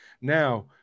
Now